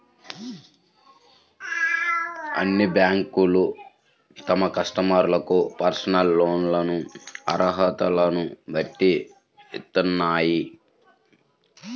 అన్ని బ్యేంకులూ తమ కస్టమర్లకు పర్సనల్ లోన్లను అర్హతలను బట్టి ఇత్తన్నాయి